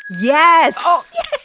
Yes